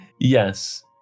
Yes